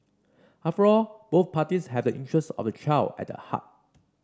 after all both parties have the interests of the child at heart